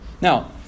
Now